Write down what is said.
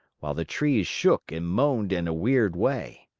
while the trees shook and moaned in a weird way.